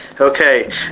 Okay